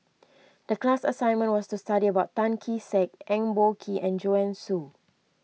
the class assignment was to study about Tan Kee Sek Eng Boh Kee and Joanne Soo